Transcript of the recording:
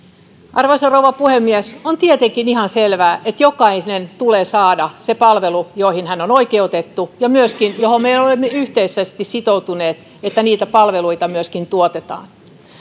arvoisa rouva puhemies on tietenkin ihan selvää että jokaisen tulee saada se palvelu johon hän on oikeutettu ja myöskin mihin me olemme yhteisesti sitoutuneet että niitä palveluita tuotetaan